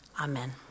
Amen